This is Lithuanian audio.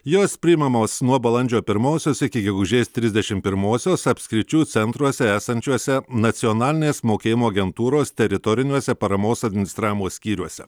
jos priimamos nuo balandžio pirmosios iki gegužės trisdešim pirmosios apskričių centruose esančiuose nacionalinės mokėjimo agentūros teritoriniuose paramos administravimo skyriuose